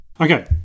Okay